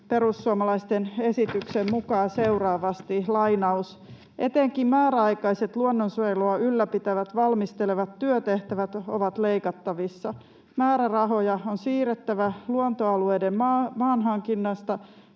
perussuomalaisten esityksen mukaan seuraavasti: ”Etenkin määräaikaiset luonnonsuojelua ylläpitävät valmistelevat työtehtävät ovat leikattavissa. Määrärahoja on siirrettävä luontoalueiden maahankinnasta